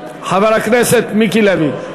חבר הכנסת מיקי לוי.